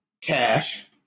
cash